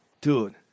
Dude